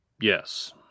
Yes